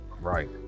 right